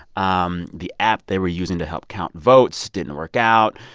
um the app they were using to help count votes didn't work out.